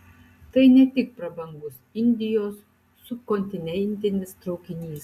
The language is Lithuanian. tai ne tik prabangus indijos subkontinentinis traukinys